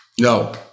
No